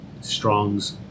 Strong's